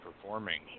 performing